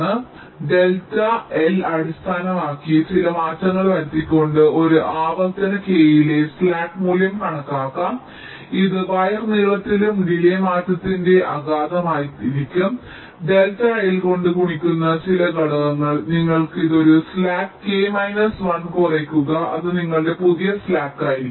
അതിനാൽ delta L അടിസ്ഥാനമാക്കി ചില മാറ്റങ്ങൾ വരുത്തിക്കൊണ്ട് ഒരു ആവർത്തന k യിലെ സ്ലാക്ക് മൂല്യം കണക്കാക്കാം ഇത് വയർ നീളത്തിലും ഡിലേയ് മാറ്റത്തിന്റെ ആഘാതമായിരിക്കും ഡെൽറ്റ L കൊണ്ട് ഗുണിക്കുന്ന ചില ഘടകങ്ങൾ നിങ്ങൾ ഈ ഒരു സ്ലാക്ക് K മൈനസ് 1 കുറയ്ക്കുക അത് നിങ്ങളുടെ പുതിയ സ്ലാക്ക് ആയിരിക്കും